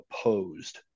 opposed